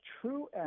true